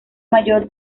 mayor